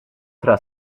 tra